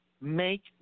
make